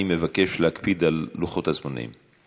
אני מבקש להקפיד על לוחות הזמנים.